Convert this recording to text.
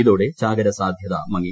ഇതോടെ ചാകരസാദ്ധ്യത മങ്ങി